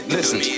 Listen